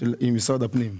עם משרד הפנים.